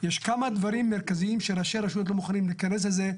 יש כמה דברים מרכזיים שראשי רשויות לא מוכנים להיכנס לזה,